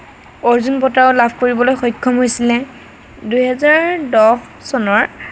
অৰ্জুন বঁটাও লাভ কৰিবলৈ সক্ষম হৈছিলে দুহেজাৰ দহ চনৰ